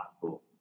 possible